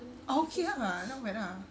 ah okay lah not bad lah